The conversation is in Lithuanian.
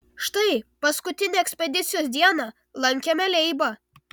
štai paskutinę ekspedicijos dieną lankėme leibą